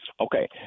Okay